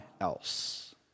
else